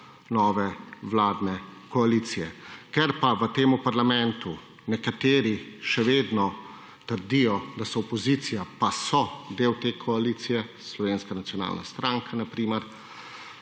nove vladne koalicije. Ker pa v temu parlamentu nekateri še vedno trdijo, da so opozicija pa so del te koalicije Slovenska nacionalna stranka na primer